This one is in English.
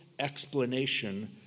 explanation